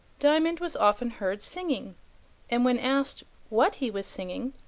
diamond was often heard singing and when asked what he was singing,